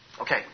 Okay